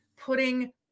putting